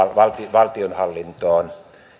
valtionhallintoon